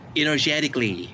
energetically